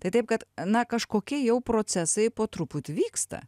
tai taip kad na kažkokie jau procesai po truputį vyksta